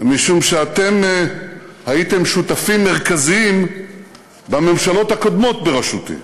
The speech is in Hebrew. משום שאתם הייתם שותפים מרכזיים בממשלות הקודמות בראשותי.